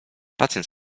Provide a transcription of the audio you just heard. pacjent